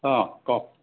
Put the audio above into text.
অঁ কওক